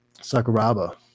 Sakuraba